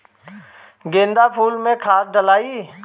गेंदा फुल मे खाद डालाई?